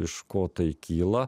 iš ko tai kyla